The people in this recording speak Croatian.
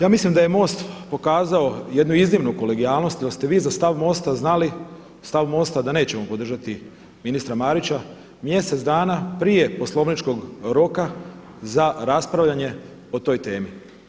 Ja mislim da je MOST pokazao jednu iznimnu kolegijalnost i da ste vi za stav MOST-a znali, stav MOST-a da nećemo podržati ministra Marića mjesec dana prije poslovničkog roka za raspravljanje o toj temi.